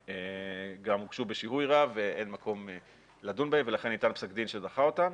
גם הוגשו בשיהוי רב ואין מקום לדון בהן ולכן ניתן פסק דין שדחה אותן.